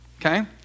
okay